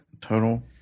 Total